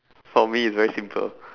for me it's very simple